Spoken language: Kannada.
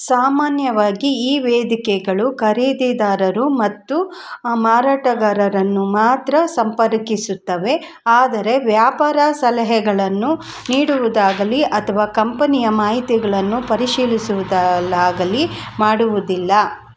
ಸಾಮಾನ್ಯವಾಗಿ ಈ ವೇದಿಕೆಗಳು ಖರೀದಿದಾರರು ಮತ್ತು ಮಾರಾಟಗಾರರನ್ನು ಮಾತ್ರ ಸಂಪರ್ಕಿಸುತ್ತವೆ ಆದರೆ ವ್ಯಾಪಾರ ಸಲಹೆಗಳನ್ನು ನೀಡುವುದಾಗಲೀ ಅಥವಾ ಕಂಪನಿಯ ಮಾಹಿತಿಗಳನ್ನು ಪರಿಶೀಲಿಸುವುದಲಾಗಲಿ ಮಾಡುವುದಿಲ್ಲ